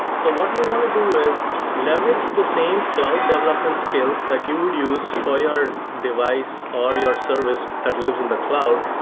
so what we want to do is leverage the same cloud development scales that you would use for your device, or your service that lives in the cloud,